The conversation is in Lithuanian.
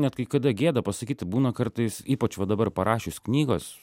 net kai kada gėda pasakyt būna kartais ypač va dabar parašius knygos